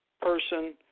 person